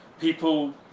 people